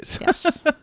Yes